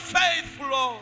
faithful